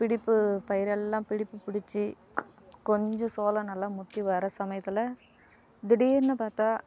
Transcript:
பிடிப்பு பயிரெல்லாம் பிடிப்பு பிடிச்சு கொஞ்சம் சோளம் நல்லா முற்றி வர சமயத்தில் திடீர்னு பார்த்தா